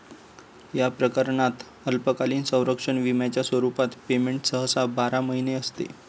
या प्रकरणात अल्पकालीन संरक्षण विम्याच्या स्वरूपात पेमेंट सहसा बारा महिने असते